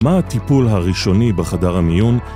מה הטיפול הראשוני בחדר המיון?